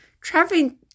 Traveling